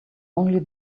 only